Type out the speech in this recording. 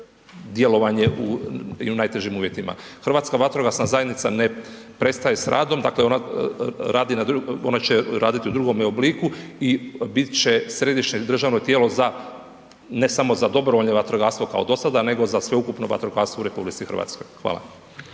Hrvatska vatrogasna zajednica ne prestaje s radom, dakle ona radi, ona će raditi u drugome obliku i biti će središnje državno tijelo za, ne samo za dobrovoljno vatrogastvo kao do sada nego za sveukupno vatrogastvo u RH. Hvala.